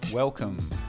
Welcome